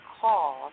call